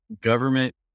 government